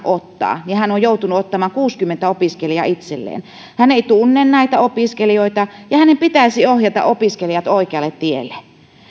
ottaa hän on joutunut ottamaan kuusikymmentä opiskelijaa itselleen hän ei tunne näitä opiskelijoita ja hänen pitäisi ohjata opiskelijat oikealle tielle